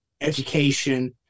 education